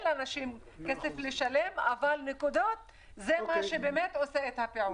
לאנשים אין כסף לשלם אבל נקודות זה מה שבאמת עושה את הפעולה.